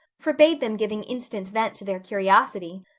forbade them giving instant vent to their curiosity,